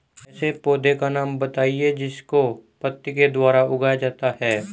ऐसे पौधे का नाम बताइए जिसको पत्ती के द्वारा उगाया जाता है